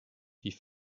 die